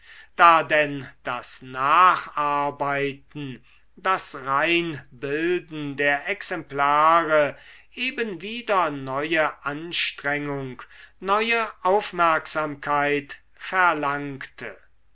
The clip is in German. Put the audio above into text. da denn das nacharbeiten das reinbilden der exemplare eben wieder neue anstrengung neue aufmerksamkeit verlangte